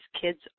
kids